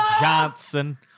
Johnson